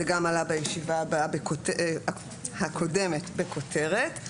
זה גם עלה בישיבה הקודמת בכותרת,